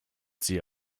sie